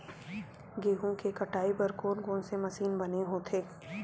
गेहूं के कटाई बर कोन कोन से मशीन बने होथे?